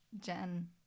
jen